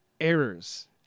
errors